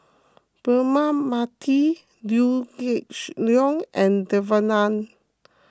Braema Mathi Liew Geok Leong and Devan Nair